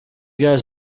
guys